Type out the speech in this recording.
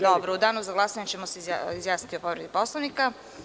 Dobro, u danu za glasanje ćemo se izjasniti o povredi Poslovnika.